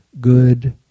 good